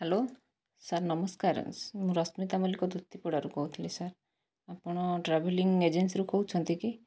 hello sir ନମସ୍କାର ମୁଁ ରଶ୍ମିତା ମଲ୍ଲିକ ଦୂତୀପଡ଼ାରୁ କହୁଥିଲି ସାର୍ ଆପଣ ଟ୍ରାଭେଲିଂ ଏଜେନ୍ସିରୁ କହୁଛନ୍ତି କି